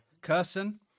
cussing